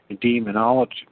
demonology